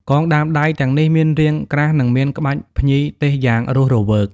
កងដើមដៃទាំងនេះមានរាងក្រាស់ និងមានក្បាច់ភ្ញីទេសយ៉ាងរស់រវើក។